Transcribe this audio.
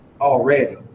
Already